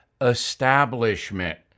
establishment